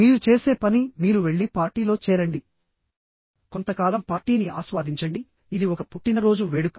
మీరు చేసే పని మీరు వెళ్లి పార్టీలో చేరండి కొంతకాలం పార్టీని ఆస్వాదించండి ఇది ఒక పుట్టినరోజు వేడుక